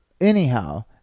anyhow